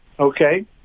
Okay